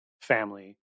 family